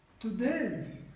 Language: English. Today